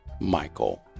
Michael